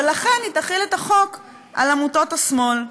ולכן היא תחיל את החוק על עמותות השמאל.